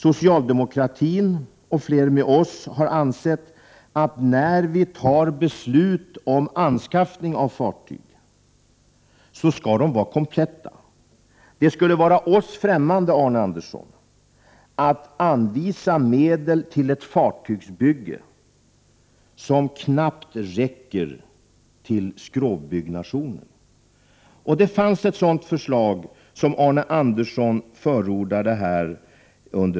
Socialdemokratin och flera med oss har insett att fattar man beslut om anskaffning av fartyg, skall dessa vara kompletta. Det skulle vara oss främmande, Arne Andersson, att anvisa medel till ett fartygsbygge som knappt räcker till skrovbyggnation. Det fanns ett sådant förslag som Arne Andersson förordade förra året.